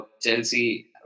Chelsea